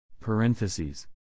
Parentheses